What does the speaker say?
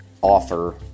offer